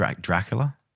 Dracula